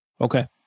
Okay